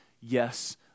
yes